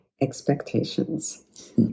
Expectations